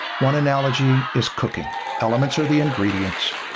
one analogy is cooking elements are the ingredients,